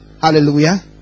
Hallelujah